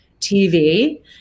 TV